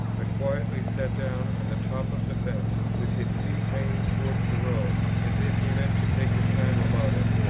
but quietly sat down on the top of the fence with his feet hanging towards the road, as if he meant to take his time about it,